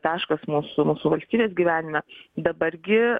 taškas mūsų mūsų valstybės gyvenime dabar gi